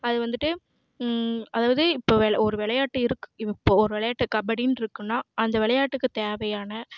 அது வந்துட்டு அதாவது இப்போது ஒரு விளையாட்டு இருக் இப்போது ஒரு விளையாட்டு இருக்குது கபடின்னு இருக்குனால் அந்த விளையாட்டுக்கு தேவையான